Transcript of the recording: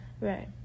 right